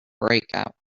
breakout